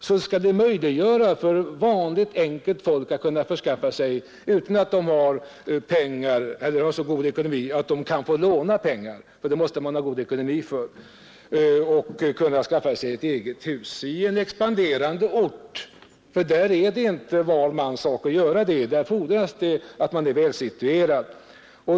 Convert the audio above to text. Det skall möjliggöra för vanligt enkelt folk som inte har så god ekonomi att de kan få låna pengar — för det måste man ha god ekonomi för — att skaffa sig ett eget hus i en expanderande ort. Där är det nämligen inte var mans sak att göra det; där fordras det att man är välsituerad.